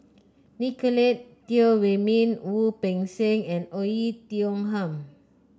Nicolette Teo Wei Min Wu Peng Seng and Oei Tiong Ham